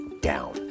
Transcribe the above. down